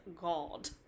god